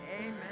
Amen